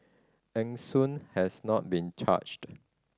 Eng Soon has not been charged